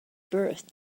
birth